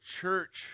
church